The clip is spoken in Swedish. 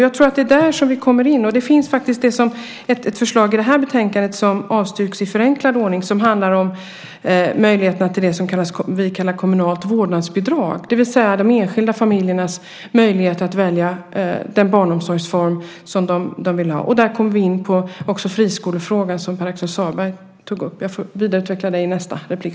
Jag tror att det är där som vi kommer in, och det finns faktiskt ett förslag i det här betänkandet som avstyrks i förenklad ordning som handlar om möjligheterna till det som vi kallar kommunalt vårdnadsbidrag. Det handlar alltså om de enskilda familjernas möjligheter att välja den barnomsorgsform som de vill ha. Där kommer vi också in på friskolefrågan, som Pär Axel Sahlberg tog upp. Jag får vidareutveckla det i nästa replik.